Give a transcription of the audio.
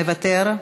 מוותר,